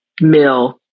mill